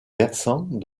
versant